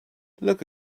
look